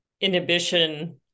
inhibition